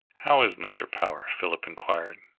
how is mr. power? philip enquired.